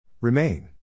Remain